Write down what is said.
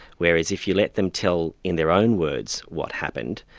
whereas if you let them tell in their own words what happened,